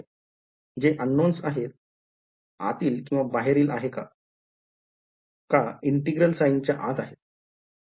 जे unknowns आहेत आतील किंवा बाहेरील आहे का integral sine च्या आत आहेत